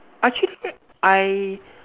actually I